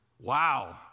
Wow